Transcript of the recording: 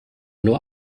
nur